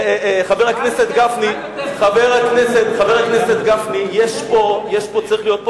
חבר הכנסת גפני, צריך להיות פה